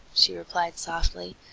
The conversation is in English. she replied softly,